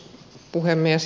puhemies